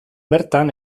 bertan